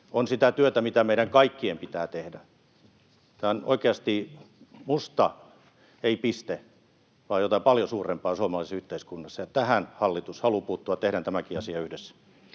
on sitä työtä, mitä meidän kaikkien pitää tehdä. Tämä on oikeasti musta... ei piste, vaan jotain paljon suurempaa suomalaisessa yhteiskunnassa, ja tähän hallitus haluaa puuttua. Tehdään tämäkin asia yhdessä.